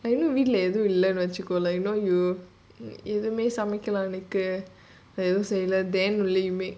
வீட்லஎதுவுமில்லைனுவச்சிக்கோ:veetla edhuvumillanu vachiko you know you எதுவுமேசமைக்கலஎனக்குஎதுவுமேசெய்யல:edhuvume samaikala enaku edhuvume seyyala